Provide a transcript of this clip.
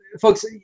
folks